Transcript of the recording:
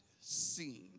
seen